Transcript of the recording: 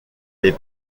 les